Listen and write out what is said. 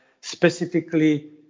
specifically